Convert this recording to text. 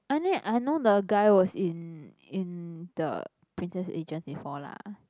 I need I know the guy was in in the Princess Agent before lah